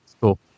Cool